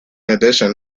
addition